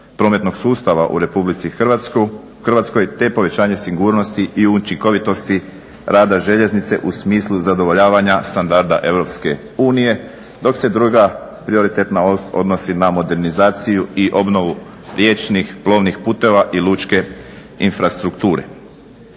prometnog sustava u RH te povećanje sigurnosti i učinkovitosti rada željeznice u smislu zadovoljavanja standarda EU dok se druga prioritetna os odnosi na modernizaciju i obnovu riječnih plovnih putova i lučke infrastrukture.